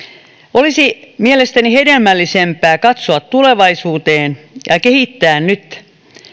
olisi mielestäni hedelmällisempää katsoa tulevaisuuteen ja ja kehittää nyt